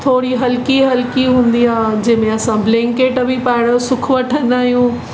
थोरी हलकी हलकी हूंदी जंहिंमें असां ब्लैंकेट बि पायण जो सुख वठंदा आहियूं